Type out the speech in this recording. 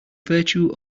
virtue